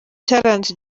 cyaranze